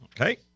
Okay